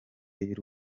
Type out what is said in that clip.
y’u